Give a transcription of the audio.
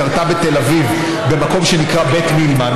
קרתה בתל אביב במקום שנקרא בית מילמן,